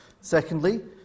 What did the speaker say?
Secondly